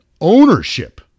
ownership